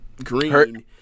Green